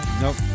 Nope